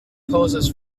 poses